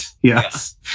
Yes